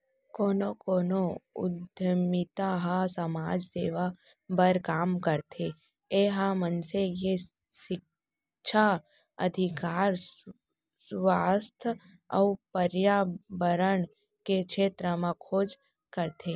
कोनो कोनो उद्यमिता ह समाज सेवा बर काम करथे ए ह मनसे के सिक्छा, अधिकार, सुवास्थ अउ परयाबरन के छेत्र म खोज करथे